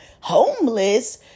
Homeless